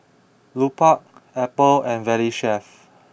Lupark Apple and Valley Chef